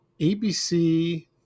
ABC